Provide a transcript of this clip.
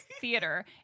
Theater